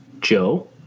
Joe